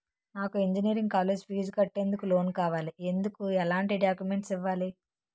నాకు engineering college fees కట్టేందుకు loan కావాలి, ఎందుకు ఎలాంటి డాక్యుమెంట్స్ ఇవ్వాలి?